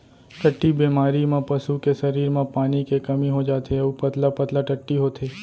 टट्टी बेमारी म पसू के सरीर म पानी के कमी हो जाथे अउ पतला पतला टट्टी होथे